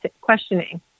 questioning